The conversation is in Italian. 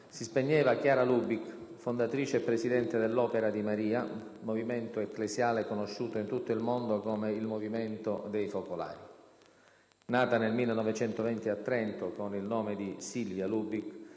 si spegneva Chiara Lubich, fondatrice e presidente dell'Opera di Maria, movimento ecclesiale conosciuto in tutto il mondo come il Movimento dei Focolari. Nata nel 1920 a Trento con il nome di Silvia Lubich,